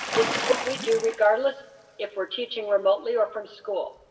this is what we do regardless if we're teaching remotely or from school.